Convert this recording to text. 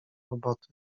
roboty